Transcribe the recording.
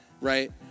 Right